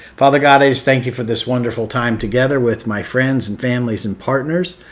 father, god, i just thank you for this wonderful time together with my friends and families and partners.